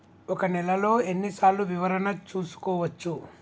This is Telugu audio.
ఒక నెలలో ఎన్ని సార్లు వివరణ చూసుకోవచ్చు?